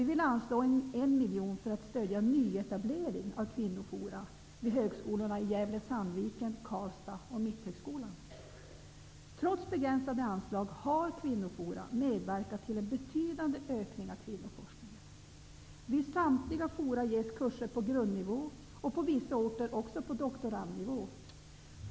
Vi vill anslå en miljon för att stödja nyetablering av kvinnoforum vid högskolorna i Trots begränsade anslag har kvinnoforum medverkat till en betydande ökning av kvinnoforskningen. Vid samtliga forum ges kurser på grundnivå -- på vissa orter även på doktorandnivå.